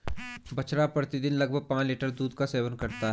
बछड़ा प्रतिदिन लगभग पांच लीटर दूध का सेवन करता है